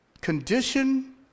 condition